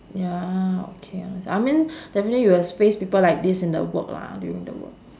ya okay I I mean you will definitely face people like this in the work lah during the work